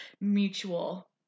mutual